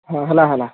ହଁ ହେଲା ହେଲା